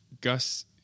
Gus